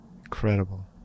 Incredible